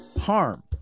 harm